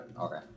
Okay